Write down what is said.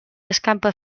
escampa